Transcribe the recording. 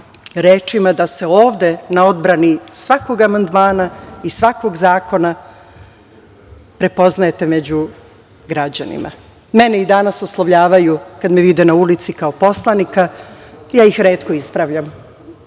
rečima da se ovde na odbrani svakog amandmana i svakog zakona prepoznajete među građanima. Mene i danas oslovljavaju, kada me vide na ulici kao poslanika. Ja ih retko ispravljam,